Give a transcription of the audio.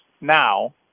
now